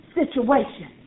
situation